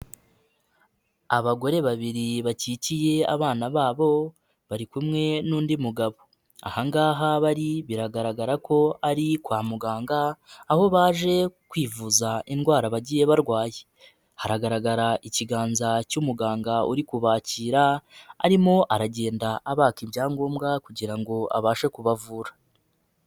Abagore babiri bakikiye abana babo, bari kumwe n'undi mugabo. Aha ngaha bari biragaragara ko ari kwa muganga, aho baje kwivuza indwara bagiye barwaye. Haragaragara ikiganza cy'umuganga uri kubakira, arimo aragenda abaka ibyangombwa kugira ngo abashe kubavura.